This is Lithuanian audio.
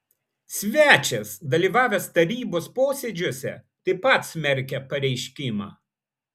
svečias dalyvavęs tarybos posėdžiuose taip pat smerkia pareiškimą